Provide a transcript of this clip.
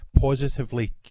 positively